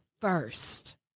first